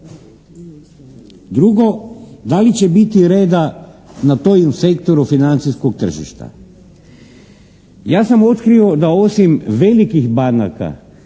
Drugo, da li će biti reda na tom sektoru financijskog tržišta? Ja sam otkrio da osim velikih banaka